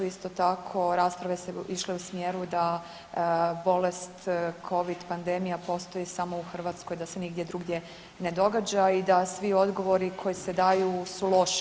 Isto tako, rasprave su išle u smjeru da bolest Covid pandemija postoji samo u Hrvatskoj, da se nigdje drugdje ne događa i da svi odgovori koji se daju su loši.